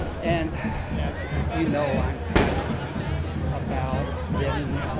and you know i'm passionate about getting